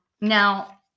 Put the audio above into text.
Now